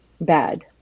Bad